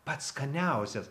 pats skaniausias